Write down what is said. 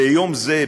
ביום זה,